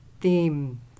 theme